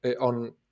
on